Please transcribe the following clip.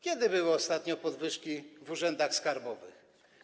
Kiedy były ostatnio podwyżki w urzędach skarbowych?